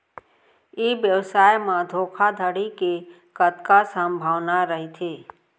ई व्यवसाय म धोका धड़ी के कतका संभावना रहिथे?